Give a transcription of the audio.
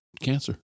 cancer